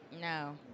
No